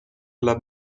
alla